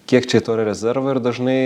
kiek čia to ir rezervo ir dažnai